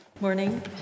Morning